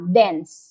dense